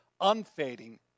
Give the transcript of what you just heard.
unfading